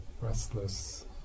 restless